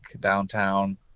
downtown